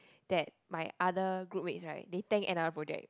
that my other group mates they tank another project